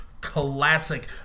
classic